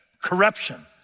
corruption